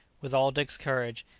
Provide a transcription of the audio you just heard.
with all dick's courage,